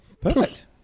perfect